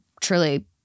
truly